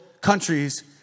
countries